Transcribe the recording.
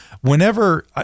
whenever